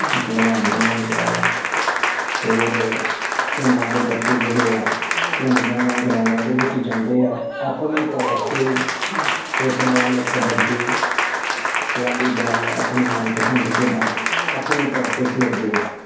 ਅਤੇ ਭਲਵਾਨ ਬਣਾਉਂਣ ਡਿਆ ਵਾ ਹੋਰ ਪਿੰਡਾਂ ਦੇ ਬੱਚੇ ਜਿਹੜੇ ਆ ਪਿੰਡ ਦਾ ਜਾਂ ਗਰਾਉਂਡਾਂ ਦੇ ਵਿੱਚ ਜਾਂਦੇ ਆ ਆਪਣੇ ਤੌਰ 'ਤੇ ਫੁੱਟਬਾਲ ਕਬੱਡੀ ਵਾਲੀਬਾਲ ਆਪਣੇ ਮਨਪਸੰਦ ਖੇਡਾਂ ਆਪਣੇ ਤੌਰ 'ਤੇ ਖੇਡਦੇ ਆ